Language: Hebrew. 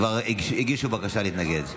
כבר הגישו בקשה להתנגד.